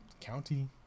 County